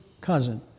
cousin